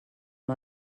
amb